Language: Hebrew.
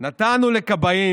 אני לא מבין